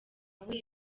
nawe